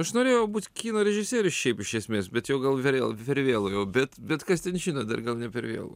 aš norėjau būt kino režisierius šiaip iš esmės bet jau gal per vėlu jau bet bet kas ten žino dar gal ne per vėlu